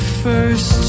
first